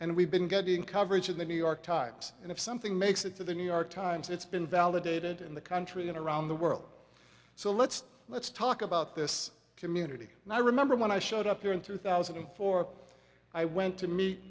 and we've been getting coverage of the new york times and if something makes it to the new york times it's been validated in the country and around the world so let's let's talk about this community and i remember when i showed up here in two thousand and four i went to meet